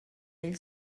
ell